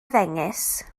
ddengys